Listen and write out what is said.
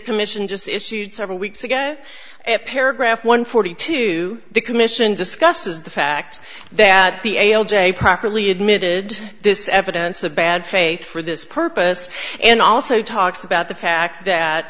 commission just issued several weeks ago at paragraph one forty two the commission discusses the fact that the ale day properly admitted this evidence of bad faith for this purpose and also talks about the fact that